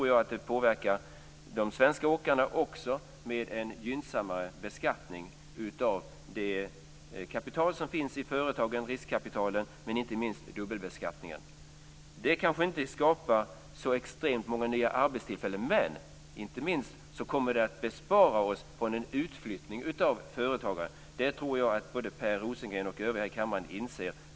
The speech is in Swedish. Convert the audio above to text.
Jag tror att en gynnsammare beskattning av det kapital som finns i företagen - riskkapitalet - påverkar också de svenska åkarna. Dubbelbeskattningen är inte minst viktig. Det kanske inte skapar så extremt många nya arbetstillfällen, men det kommer inte minst att bespara oss en utflyttning av företagare. Det tror jag att både Per Rosengren och övriga här i kammaren inser.